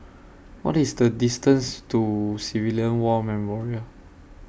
What IS The distance to Civilian War Memorial